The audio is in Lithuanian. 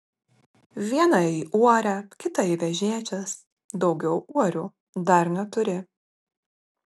vieną į uorę kitą į vežėčias daugiau uorių dar neturi